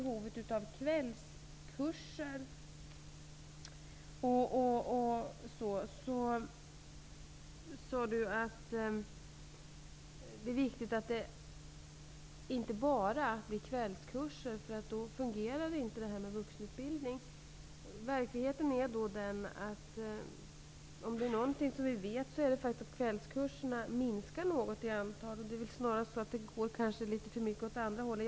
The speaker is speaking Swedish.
Hon sade att det är viktigt att det inte bara blir kvällskurser, för att då fungerar inte vuxenutbildningen. Verkligheten är den, att kvällskurserna minskar något i antal. Det är väl snarast så att utvecklingen kanske går litet för mycket åt andra hållet.